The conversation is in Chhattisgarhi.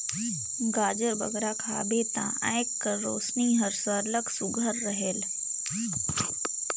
गाजर बगरा खाबे ता आँएख कर रोसनी हर सरलग सुग्घर रहेल